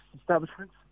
establishments